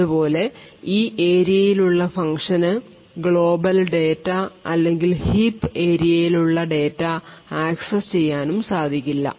അതുപോലെ ഈ ഏരിയയിൽ ഉള്ള ഫങ്ക്ഷന് ഗ്ലോബൽ ഡാറ്റ അല്ലെങ്കിൽ ഹീപ് ഏരിയയിലുള്ള ഉള്ള ഡാറ്റ അക്സസ്സ് ചെയ്യാനും സാധിക്കില്ല